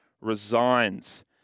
resigns